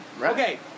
Okay